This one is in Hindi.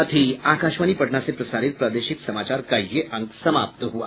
इसके साथ ही आकाशवाणी पटना से प्रसारित प्रादेशिक समाचार का ये अंक समाप्त हुआ